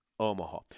Omaha